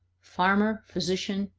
farmer, physician,